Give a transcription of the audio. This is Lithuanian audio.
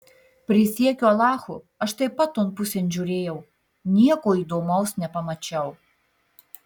prisiekiu alachu aš taip pat ton pusėn žiūrėjau nieko įdomaus nepamačiau